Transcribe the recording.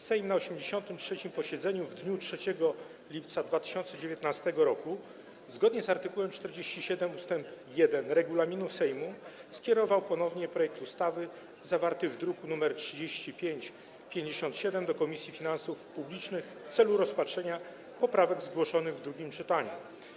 Sejm ma 83. posiedzeniu w dniu 3 lipca 2019 r., zgodnie z art. 47 ust. 1 regulaminu Sejmu, skierował ponownie projekt ustawy zawarty w druku nr 3557 do Komisji Finansów Publicznych w celu rozpatrzenia poprawek zgłoszonych w drugim czytaniu.